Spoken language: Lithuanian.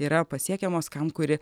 yra pasiekiamos kam kuri